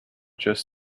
just